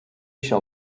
shall